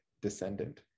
descendant